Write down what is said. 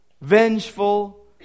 Vengeful